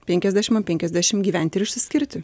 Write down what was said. penkiasdešimt ant penkiasdešimt gyventi ir išsiskirti